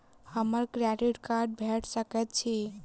हमरा credit card भेट सकैत अछि?